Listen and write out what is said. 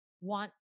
want